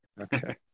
Okay